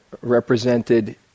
represented